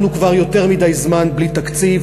אנחנו כבר יותר מדי זמן בלי תקציב.